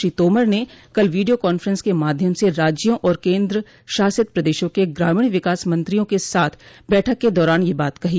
श्रो तोमर ने कल video conference के माध्यम से राज्यों और केंद्र शासित प्रदेशों के ग्रामीण विकास मंत्रियों के साथ बैठक के दौरान यह बात कही